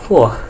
four